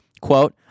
Quote